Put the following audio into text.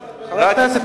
רק הערתי לך על זה,